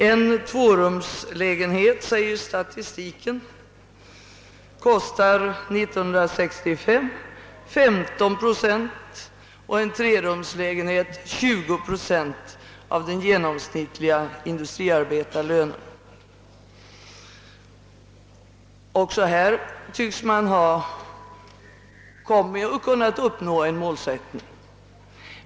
Enligt statistiken kostade en tvårumslägenhet år 1965 15 procent och en trerumslägenhet 20 procent av den genomsnittliga industriarbetarlönen. Också här tycks man ha kunnat uppnå ett uppställt mål.